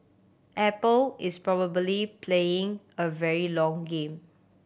apple is probably playing a very long game